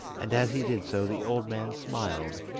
and as he did so the old man smiled,